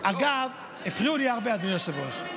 אגב, הפריעו לי הרבה, אדוני היושב-ראש.